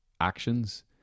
actions